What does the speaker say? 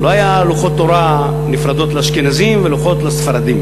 לא היו לוחות תורה נפרדים לאשכנזים ולוחות לספרדים,